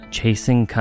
Chasing